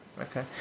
okay